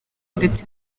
ndetse